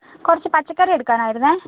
കുറച്ച് പച്ചക്കറി എടുക്കാനായിരുന്നു